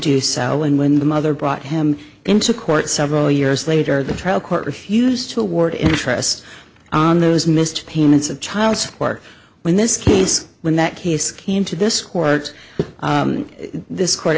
do so and when the mother brought him into court several years later the trial court refused to award interest on those missed payments of child support when this case when that case came to this court